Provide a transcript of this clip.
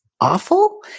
awful